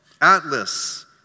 Atlas